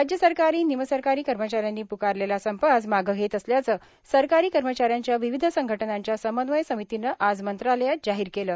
राज्य सरकारी निमसरकारी कर्मचाऱ्यांनी पुकारलेला संप आज मागं घेत असल्याचं सरकारी कर्मचाऱ्यांच्या विविध संघटनांच्या समन्वय समितीनं आज मंत्रालयात जाहीर केलं